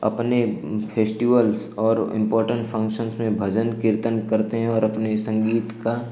अपने फेस्टिवल्स और important functions में भजन कीर्तन करते हैं और अपने संगीत का